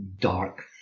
dark